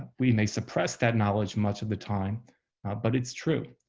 we may suppress that knowledge much of the time but it's true.